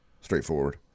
straightforward